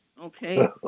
Okay